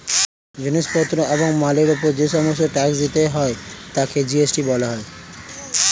জিনিস পত্র এবং মালের উপর যে সমস্ত ট্যাক্স দিতে হয় তাকে জি.এস.টি বলা হয়